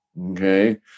Okay